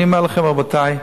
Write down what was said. אני אומר לכם, רבותי,